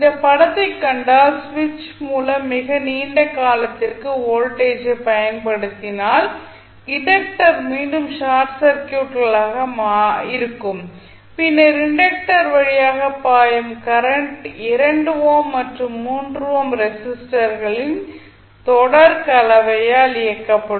இந்த படத்தை கண்டால் சுவிட்ச் மூலம் மிக நீண்ட காலத்திற்கு வோல்டேஜ் ஐ பயன்படுத்தினால் இண்டக்டர் மீண்டும் ஷார்ட் சர்க்யூட்களாக இருக்கும் பின்னர் இண்டக்டர் வழியாக பாயும் கரண்ட் 2 ஓம் மற்றும் 3 ஓம் ரெசிஸ்டர்களின் தொடர் கலவையால் இயக்கப்படும்